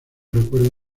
recuerdo